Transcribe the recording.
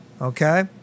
Okay